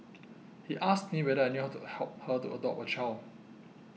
he asked me whether I knew how to help her to adopt a child